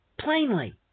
plainly